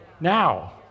Now